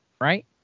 right